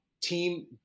team